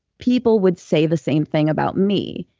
people would say the same thing about me.